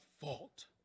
fault